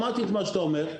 שמעתי את מה שאתה אומר,